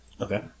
Okay